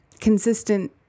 consistent